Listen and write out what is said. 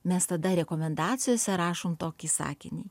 mes tada rekomendacijose rašom tokį sakinį